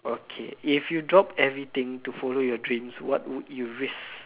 okay if you drop everything to follow your dreams what would you risk